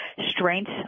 strength